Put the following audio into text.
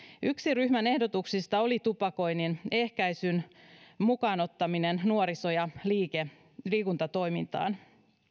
yksi ryhmän ehdotuksista oli tupakoinnin ehkäisyn ottaminen mukaan nuoriso ja liikuntatoimintaan